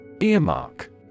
Earmark